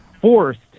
forced